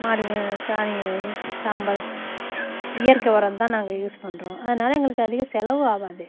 மாடுகள் சாணி சாம்பல் இயற்கை உரந்தான் நாங்கள் யூஸ் பண்ணுறோம் அதனால் எங்களுக்கு அதிக செலவு ஆகாது